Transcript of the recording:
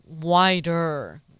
wider